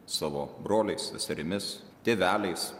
savo broliais seserimis tėveliais